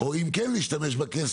או אם כן להשתמש בכסף,